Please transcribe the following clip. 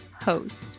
host